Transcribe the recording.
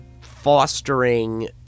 fostering